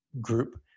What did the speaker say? group